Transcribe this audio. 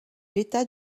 l’état